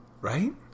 Right